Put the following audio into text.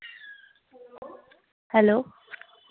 hello